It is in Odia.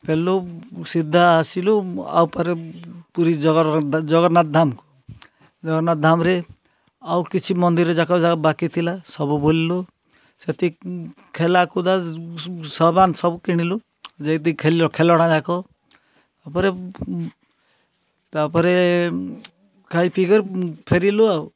ଫେରିଲୁ ସିଧା ଆସିଲୁ ଆ ପରେ ପୁରୀ ଜଗନ୍ନାଥଧାମକୁ ଜଗନ୍ନାଥଧାମରେ ଆଉ କିଛି ମନ୍ଦିର ଯାକ ଯାହା ବାକି ଥିଲା ସବୁ ବୁଲିଲୁ ସେଥି ଖେଲାକୁଦା ସମାନ ସବୁ କିଣିଲୁ ଯେତି ଖେଳଣା ଯାକ ଆ ପରେ ତାପରେ ଖାଇପିଇ କରି ଫେରିଲୁ ଆଉ